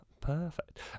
Perfect